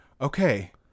Okay